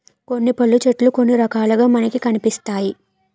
కొన్ని పళ్ళు చెట్లు కొన్ని రకాలుగా మనకి కనిపిస్తాయి